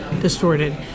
distorted